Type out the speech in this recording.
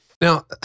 Now